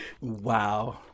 Wow